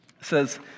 says